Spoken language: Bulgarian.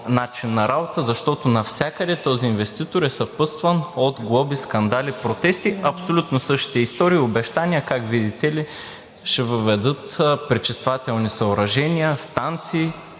начин на работа, защото навсякъде този инвеститор е съпътстван от глоби, скандали, протести, абсолютно същите истории – обещания как, видите ли, ще въведат пречиствателни съоръжения, станции,